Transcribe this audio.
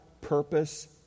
purpose